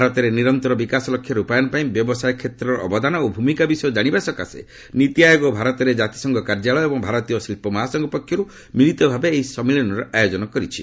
ଭାରତରେ ନିରନ୍ତର ବିକାଶ ଲକ୍ଷ୍ୟର ରୂପାୟନ ପାଇଁ ବ୍ୟବସାୟ କ୍ଷେତ୍ରର ଅବଦାନ ଓ ଭୂମିକା ବିଷୟ ଜାଶିବା ସକାଶେ ନୀତି ଆୟୋଗ ଭାରତରେ କାତିସଂଘ କାର୍ଯ୍ୟାଳୟ ଏବଂ ଭାରତୀୟ ଶିଳ୍ପ ମହାସଂଘ ପକ୍ଷରୂ ମିଳିତ ଭାବେ ଏହି ସମ୍ମିଳନୀର ଆୟୋଜନ କରାଯାଇଛି